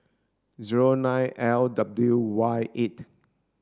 zero nine L W Y eight